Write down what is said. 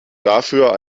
dafür